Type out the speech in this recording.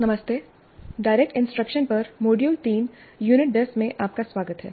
नमस्ते direct instruction पर module 3 unit 10 में आपका स्वागत है